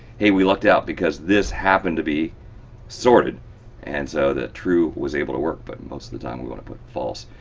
hey, we lucked out because this happened to be sorted and so the true was able to work but most of the time we want to put false.